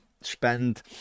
spend